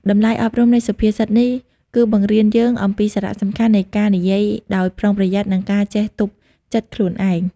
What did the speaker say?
តម្លៃអប់រំនៃសុភាសិតនេះគឺបង្រៀនយើងអំពីសារៈសំខាន់នៃការនិយាយដោយប្រុងប្រយ័ត្ន និងការចេះទប់ចិត្តខ្លួនឯង។